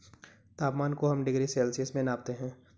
तापमान को हम डिग्री सेल्सियस में मापते है